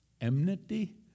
Enmity